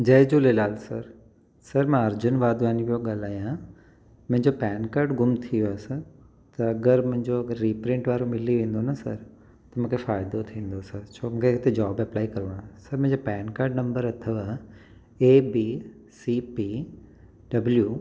जय Jhulelal sir sir मां अर्जुन वाधवानी पियो ॻाल्हायां मुंहिंजो पैन कार्ड गुम थी वियोस त अगरि मुंहिंजो रिप्रींट वारो मिली वेंदो न सर त मूंखे फ़ाइदो थींदो सर छो की त जॉब अप्लाई करिणो आहे सर मुंजे पैन कार्ड नंबर अथव A B C P W